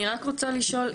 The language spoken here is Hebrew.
אני רק רוצה לשאול,